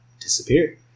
disappear